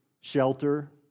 shelter